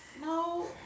no